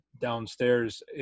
downstairs